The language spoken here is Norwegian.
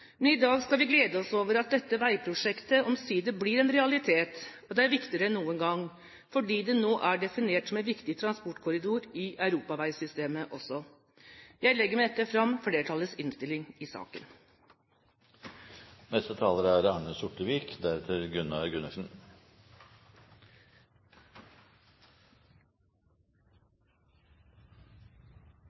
Men i dag skal vi glede oss over at dette veiprosjektet omsider blir en realitet. Det er viktigere enn noen gang, fordi det nå er definert som en viktig transportkorridor i europaveisystemet også. Jeg legger med dette fram flertallets innstilling i saken. Fremskrittspartiet gleder seg over hver ny vei som blir bygd. Men vi er